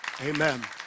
Amen